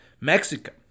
Mexico